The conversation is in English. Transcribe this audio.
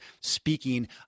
speaking